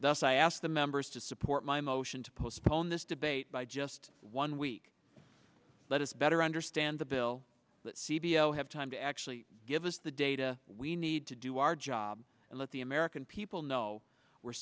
thus i ask the members to support my motion to postpone this debate by just one week let us better understand the bill that c b l have time to actually give us the data we need to do our job and let the american people know we're